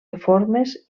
reformes